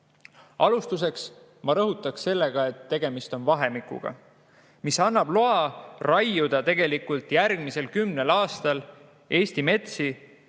Alustuseks ma rõhutan, et tegemist on vahemikuga, mis annab loa raiuda tegelikult järgmisel kümnel aastal Eesti metsi